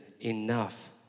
enough